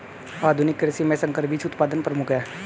आधुनिक कृषि में संकर बीज उत्पादन प्रमुख है